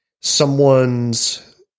someone's